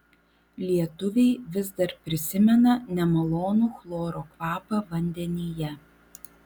lietuviai vis dar prisimena nemalonų chloro kvapą vandenyje